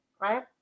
right